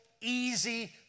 easy